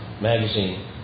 magazine